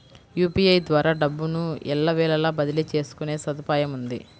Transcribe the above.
UPI ద్వారా డబ్బును ఎల్లవేళలా బదిలీ చేసుకునే సదుపాయముంది